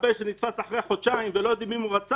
מחבל שנתפס אחרי חודשיים ולא יודעים אם הוא רצח,